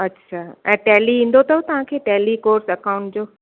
अच्छा ऐं टैली ईंदो अथव तव्हां खे टैली कोर्स अकाऊंट जो